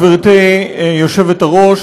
גברתי היושבת-ראש,